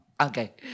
Okay